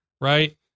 right